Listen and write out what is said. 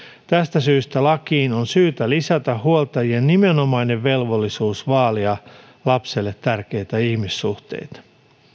tästä syystä lakiin on syytä lisätä huoltajien nimenomainen velvollisuus vaalia lapselle tärkeitä ihmissuhteita